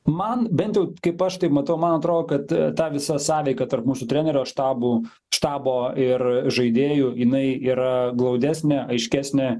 man bent jau kaip aš tai matau man atrodo kad ta visa sąveika tarp mūsų trenerio štabų štabo ir žaidėjų jinai yra glaudesnė aiškesnė